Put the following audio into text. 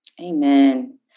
Amen